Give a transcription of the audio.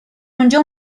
اونجا